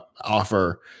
offer